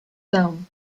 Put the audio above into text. down